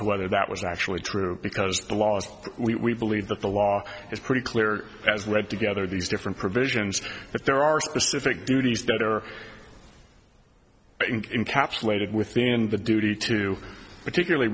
to whether that was actually true because the laws we believe that the law is pretty clear has led together these different provisions that there are specific duties that are in capsulated within the duty to particularly